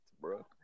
bro